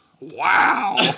Wow